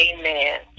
Amen